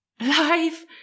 Life